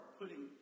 putting